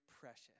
precious